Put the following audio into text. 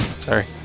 Sorry